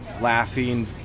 laughing